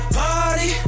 party